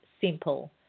simple